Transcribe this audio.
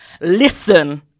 listen